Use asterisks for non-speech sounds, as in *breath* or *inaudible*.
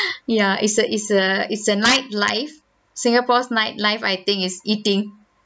*breath* ya it's a it's a it's a night life singapore's night life I think is eating